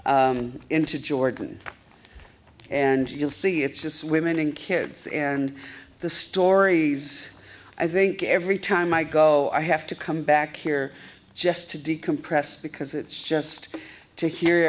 in into jordan and you'll see it's just women and kids and the stories i think every time i go i have to come back here just to decompress because it's just to hear